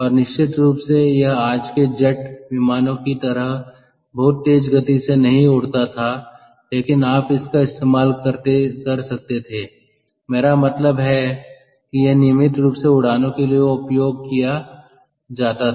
और निश्चित रूप से यह आज के जेट विमानों की तरह बहुत तेज़ गति से नहीं उड़ता था लेकिन आप इसका इस्तेमाल कर सकते थे मेरा मतलब है कि यह नियमित रूप से उड़ानों के लिए उपयोग किया जाता था